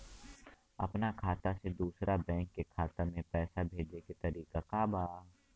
अपना खाता से दूसरा बैंक के खाता में पैसा भेजे के तरीका का बा?